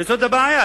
וזאת הבעיה.